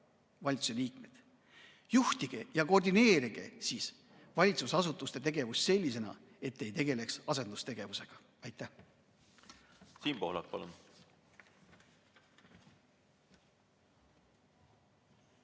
valitsuse liikmed, juhtige ja koordineerige siis valitsusasutuste tegevust nii, et ei tegeletaks asendustegevusega! Aitäh!